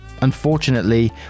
Unfortunately